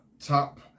top